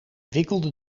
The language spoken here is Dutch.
wikkelde